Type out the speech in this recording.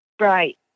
Right